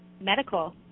medical